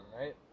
right